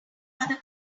other